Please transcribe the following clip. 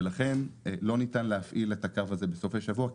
ולכן לא ניתן להפעיל את הקו הזה בסופי שבוע.